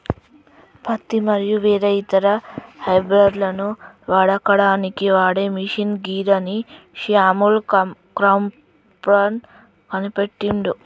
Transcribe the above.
పత్తి మరియు వేరే ఇతర ఫైబర్లను వడకడానికి వాడే మిషిన్ గిదాన్ని శామ్యుల్ క్రాంప్టన్ కనిపెట్టిండు